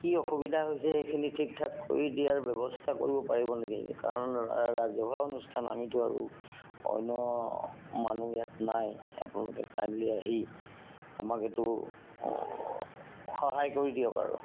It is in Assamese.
কি অসুবিধা হৈছে সেইখিনি ঠিক ঠাক কৰি দিয়াৰ ব্যৱস্থা কৰিব পাৰিব নেকি কাৰণ ৰাজহুৱা অনুষ্ঠান আমিতো আৰু অন্য মানুহ ইয়াত নাই আপোনালোকে কাইণ্ডলি আহি আমাক এইটো সহায় কৰি দিয়ক আৰু